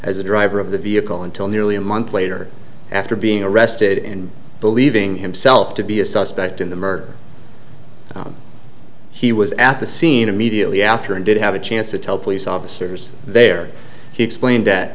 the driver of the vehicle until nearly a month later after being arrested in believing himself to be a suspect in the murder he was at the scene immediately after and did have a chance to tell police officers there he